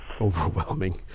Overwhelming